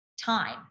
Time